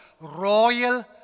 royal